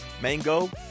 mango